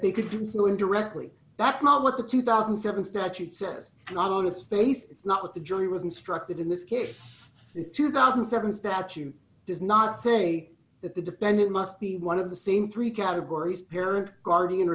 no indirectly that's not what the two thousand and seven statute says not on its face it's not what the jury was instructed in this case two thousand and seven statute does not say that the defendant must be one of the same three categories parent guardian